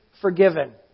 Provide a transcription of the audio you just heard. forgiven